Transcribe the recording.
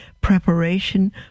preparation